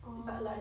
orh